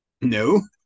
No